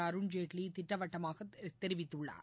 அருண் ஜேட்லி திட்டவட்டமாகத் தெரிவித்துள்ளார்